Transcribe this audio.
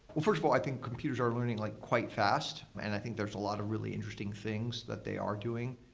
first of all, i think computers are learning like quite fast, and i think there's a lot of really interesting things that they are doing.